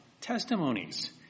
testimonies